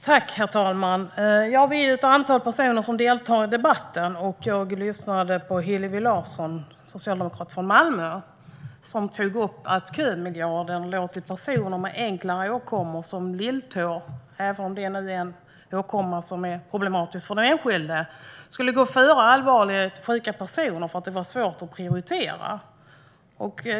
Herr talman! Vi är ju ett antal personer som deltar i debatten. Jag lyssnade på Hillevi Larsson, socialdemokrat från Malmö, som tog upp att kömiljarden lät personer med enklare åkommor som brutna lilltår, även om det är problematiskt för den enskilde, gå före allvarligt sjuka personer därför att det var svårt att prioritera.